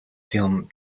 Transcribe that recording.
film